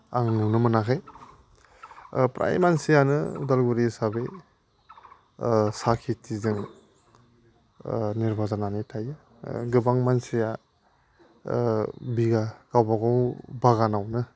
आं नुनो मोनाखै फ्राय मानसियानो उदालगुरि हिसाबै साहा खिथिजों निर्भर जानानै थायो गोबां मानसिया बिघा गावबा गाव बागानावनो